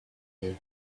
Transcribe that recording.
here